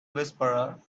whisperer